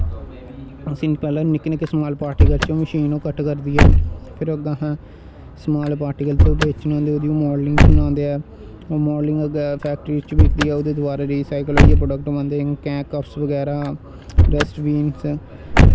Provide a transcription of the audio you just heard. उसी पैह्लें निक्के निक्के समाल पार्टिकल च मशीन ओह कट्ट करदी ऐ फिर ओह्दा अस समाल पार्टिकल बेचनें होंदे ऐ ओह्दा मोलडिंगस बनादे ऐं मोलडिंगस अग्गें फैक्ट्री बिच्च बिकदी ऐ ओह्दे रिसाईकल होइयै प्रोडक्ट बनदे ऐं कप बगैरा डस्टबीन